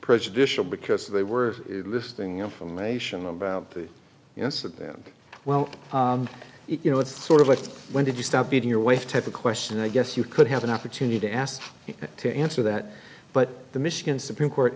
prejudicial because they were listing information about us at that well you know it's sort of like when did you stop beating your wife type of question i guess you could have an opportunity to ask you to answer that but the michigan supreme court